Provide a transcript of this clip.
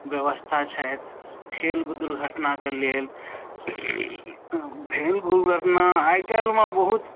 व्यवस्था छथि खेलकऽ दुर्घटनाके लेल भेल दुर्घटना आइकल्हिमे बहुत